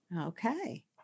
Okay